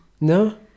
No